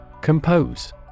Compose